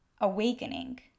awakening